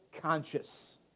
conscious